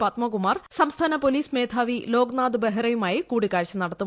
പദ്മകുമാർ സംസ്ഥാന പോലീസ് മേധാവി ലോക്നാഥ് ബെഹ്റയുമായി കൂടിക്കാഴ്ച നടത്തും